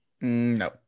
no